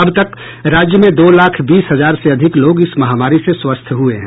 अब तक राज्य में दो लाख बीस हजार से अधिक लोग इस महामारी से स्वस्थ हुए हैं